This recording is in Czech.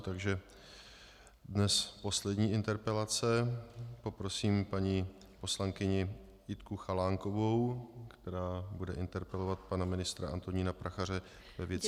Takže dnes poslední interpelace, poprosím paní poslankyni Jitku Chalánkovou, která bude interpelovat pana ministra Antonína Prachaře ve věci výstavby D1.